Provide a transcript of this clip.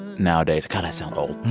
nowadays god, i sound old.